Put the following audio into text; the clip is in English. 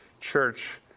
church